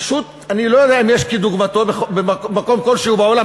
שפשוט אני לא יודע אם יש דוגמתו במקום כלשהו בעולם,